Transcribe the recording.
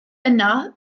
yna